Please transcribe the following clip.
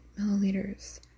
milliliters